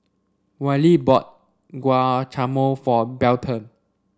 Wally bought Guacamole for Belton